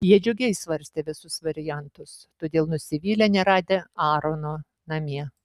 jie džiugiai svarstė visus variantus todėl nusivylė neradę aarono namie